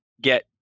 get